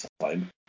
time